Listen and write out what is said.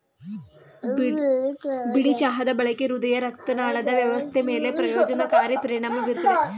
ಬಿಳಿ ಚಹಾದ ಬಳಕೆ ಹೃದಯರಕ್ತನಾಳದ ವ್ಯವಸ್ಥೆ ಮೇಲೆ ಪ್ರಯೋಜನಕಾರಿ ಪರಿಣಾಮ ಬೀರ್ತದೆ